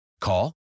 Call